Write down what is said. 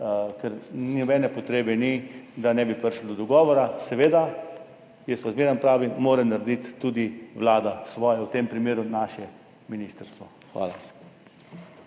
ker ni nobene potrebe, da ne bi prišlo do dogovora. Seveda, jaz pa zmeraj pravim, da mora narediti svoje tudi Vlada, v tem primeru naše ministrstvo. Hvala.